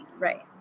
Right